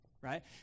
right